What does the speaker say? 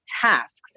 tasks